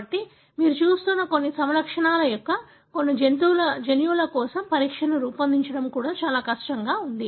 కాబట్టి మీరు చూస్తున్న కొన్ని సమలక్షణాల యొక్క కొన్ని జన్యువుల కోసం పరీక్షలను రూపొందించడం కూడా చాలా కష్టంగా ఉంటుంది